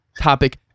Topic